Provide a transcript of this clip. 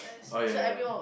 oh yea yea